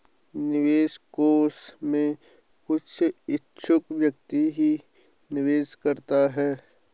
निवेश कोष में कुछ इच्छुक व्यक्ति ही निवेश करता है